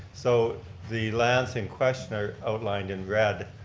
so the lands in question are outlined in red.